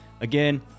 again